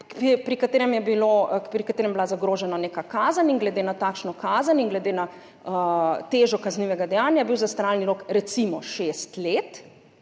pri katerem je bila zagrožena neka kazen, in glede na takšno kazen in glede na težo kaznivega dejanja je bil zastaralni rok recimo šest let,